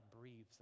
breathes